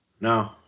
No